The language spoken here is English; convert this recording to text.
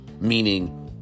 Meaning